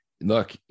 look